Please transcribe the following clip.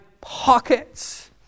pockets